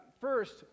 First